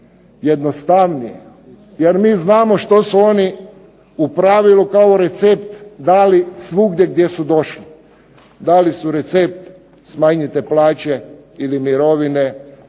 jednostavnije. Jer mi znamo što su oni u pravilu kao recept dali svugdje gdje su došli. Dali su recept smanjite plaće ili mirovine